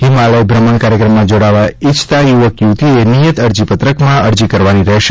હિમાલય બ્રમણ કાર્યક્રમમાં જોડાવવા ઇચ્છતા ્યુવક યુવતીઓએ નિયત અરજીપત્રકમાં અરજી કરવાની રહેશે